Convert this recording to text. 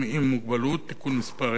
אם יש שגיאות